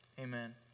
Amen